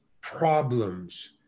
problems